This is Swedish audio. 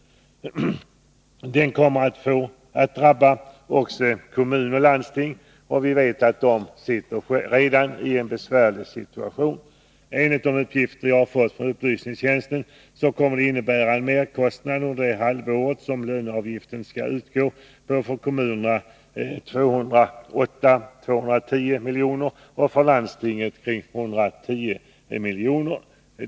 Den kommer att drabba också kommuner och landsting, och vi vet att de redan befinner sig i en besvärlig situation. Enligt de uppgifter som jag har fått från riksdagens upplysningstjänst kommer detta att innebära merkostnader på 208-210 miljoner för kommunerna och 110 miljoner för landstingen under det halvår som löneavgiften skall utgå.